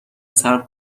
صبر